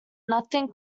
nothing